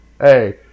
hey